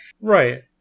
Right